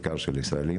בעיקר של ישראלים,